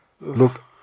Look